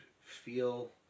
feel